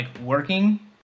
working